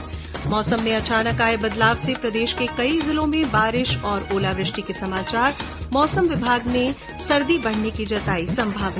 ्म मौसम में अचानक आये बदलाव से प्रदेश के कई जिलों में बारिश और ओलावृष्टि के समाचार मौसम विभाग ने सर्दी बढने की जताई संभावना